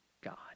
God